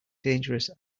dangerous